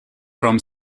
from